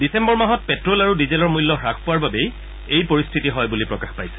ডিচেম্বৰ মাহত পেট্ৰ'ল আৰু ডিজেলৰ মূল্য হ্ৰাস পোৱাৰ বাবেই এই পৰিস্থিতি হয় বুলি প্ৰকাশ পাইছে